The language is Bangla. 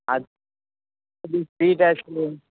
আর যদি